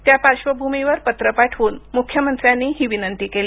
त्या पार्श्वभूमीवर पत्र पाठवून मुख्यमंत्र्यांनी ही विनंती केली